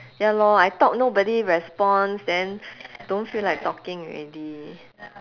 ya lor I talk nobody responds then don't feel like talking already